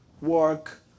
work